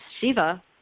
Shiva